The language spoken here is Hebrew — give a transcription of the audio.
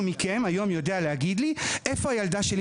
אותך זה לא מעניין אולי,